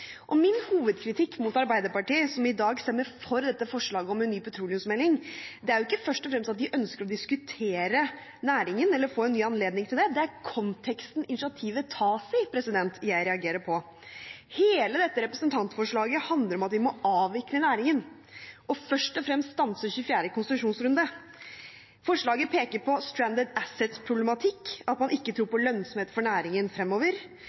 dag stemmer for dette forslaget om en ny petroleumsmelding, er ikke først og fremst at de ønsker å diskutere næringen eller få en ny anledning til det – det er konteksten initiativet tas i, jeg reagerer på. Hele dette representantforslaget handler om at vi må avvikle næringen, og først og fremst stanse den 24. konsesjonsrunden. Forslaget peker på «stranded assets»-problematikk, at man ikke tror på lønnsomhet for næringen fremover.